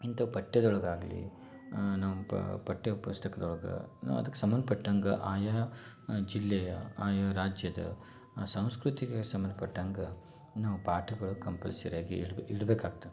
ಇಂಥವ್ ಪಠ್ಯದೊಳಗಾಗಲಿ ನಮ್ಮ ಪಠ್ಯ ಪುಸ್ತಕದೊಳ್ಗೆ ನಾ ಅದಕ್ಕೆ ಸಂಬಂಧ್ಪಟ್ಟಂಗೆ ಆಯಾ ಜಿಲ್ಲೆಯ ಆಯಾ ರಾಜ್ಯದ ಸಂಸ್ಕೃತಿಗೆ ಸಂಬಂಧ್ಪಟ್ಟಂಗ ನಾವು ಪಾಠಗಳು ಕಂಪಲ್ಸರಿಯಾಗಿ ಇಡ್ಬೆ ಇಡಬೇಕಾಗ್ತದೆ